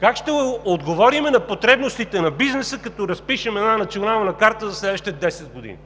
Как ще отговорим на потребностите на бизнеса, като разпишем една Национална карта за следващите 10 години?